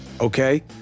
okay